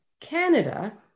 Canada